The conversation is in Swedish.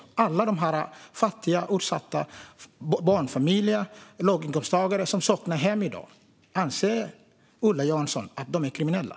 Är alla de här fattiga och utsatta barnfamiljerna och låginkomsttagarna som saknar hem i dag kriminella, enligt Ola Johansson?